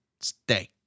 Stay